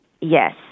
Yes